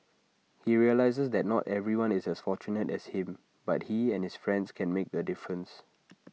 he realises that not everyone is as fortunate as him but he and his friends can make A difference